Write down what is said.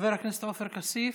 חבר הכנסת עופר כסיף,